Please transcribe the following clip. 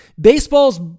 baseball's